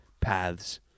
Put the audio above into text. paths